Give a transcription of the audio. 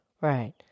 Right